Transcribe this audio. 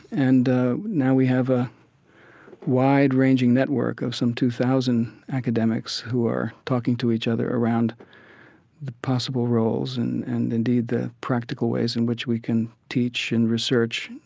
and now we have a wide-ranging network of some two thousand academics who are talking to each other around the possible roles and and, indeed, the practical ways in which we can teach and research,